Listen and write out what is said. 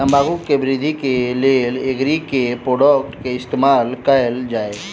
तम्बाकू केँ वृद्धि केँ लेल एग्री केँ के प्रोडक्ट केँ इस्तेमाल कैल जाय?